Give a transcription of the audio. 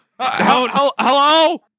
Hello